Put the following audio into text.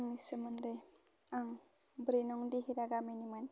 आंनि सोमोन्दै आं ब्रै नं देहेरा गामिनिमोन